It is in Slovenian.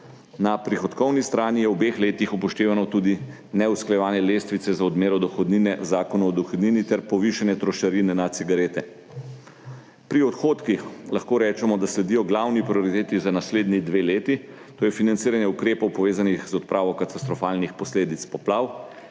Na prihodkovni strani je v obeh letih upoštevano tudi neusklajevanje lestvice za odmero dohodnine v Zakonu o dohodnini ter povišanje trošarin na cigarete. Pri odhodkih lahko rečemo, da sledijo glavni prioriteti za naslednji dve leti, to je financiranje ukrepov, povezanih z odpravo katastrofalnih posledic poplav.